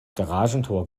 garagentor